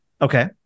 Okay